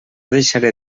deixaré